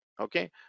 Okay